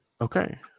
okay